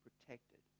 protected